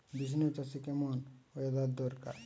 Beans চাষে কেমন weather দরকার?